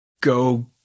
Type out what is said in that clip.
Go